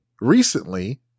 recently